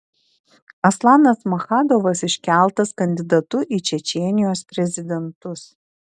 aslanas maschadovas iškeltas kandidatu į čečėnijos prezidentus